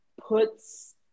puts